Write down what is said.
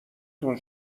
تون